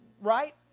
right